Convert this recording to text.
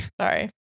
sorry